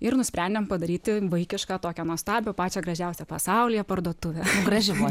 ir nusprendėm padaryti vaikišką tokią nuostabią pačią gražiausią pasaulyje parduotuvę graži buvo